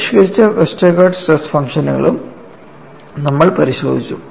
പരിഷ്ക്കരിച്ച Westergaard stress ഫംഗ്ഷനുകളും നമ്മൾ പരിശോധിച്ചു